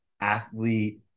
athlete